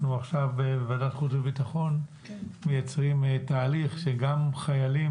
בוועדת החוץ והביטחון אנחנו מייצרים עכשיו תהליך שגם חיילים